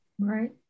Right